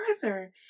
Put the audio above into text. further